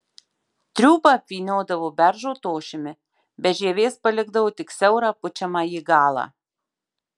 triūbą apvyniodavo beržo tošimi be žievės palikdavo tik siaurą pučiamąjį galą